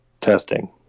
testing